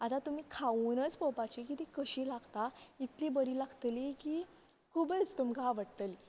आता तुमी खावूनच पळोवपाची की ती कशी लागता कितली बरी लागतली की खुबच तुमकां आवडटली